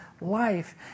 Life